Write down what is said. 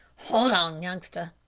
hold on, youngster,